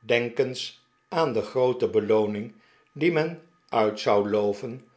denk eens aan de groote belooning die men uit zou loven